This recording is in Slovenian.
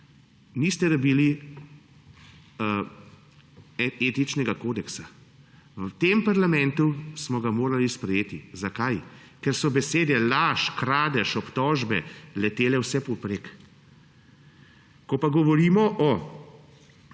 mandatih, etičnega kodeksa. V tem parlamentu smo ga morali sprejeti. Zakaj? Ker so besede – laž, kradeš, obtožbe – letele vse povprek. Ko pa govorimo o